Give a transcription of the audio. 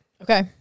Okay